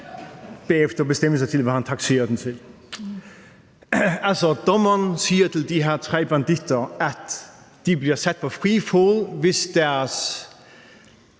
bagefter bestemme sig for, hvad hun takserer den til. Altså, dommeren siger til de her tre banditter, at de bliver sat på fri fod, hvis deres